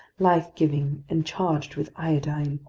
life-giving and charged with iodine!